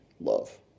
love